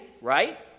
Right